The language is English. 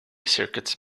circuits